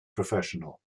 professional